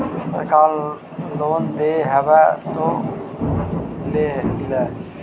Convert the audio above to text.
सरकार लोन दे हबै तो ले हो?